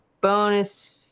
bonus